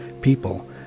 people